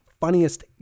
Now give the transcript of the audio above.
funniest